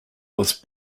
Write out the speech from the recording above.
was